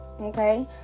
okay